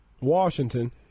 Washington